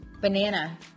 Banana